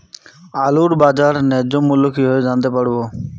আলুর বাজার ন্যায্য মূল্য কিভাবে জানতে পারবো?